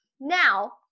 Now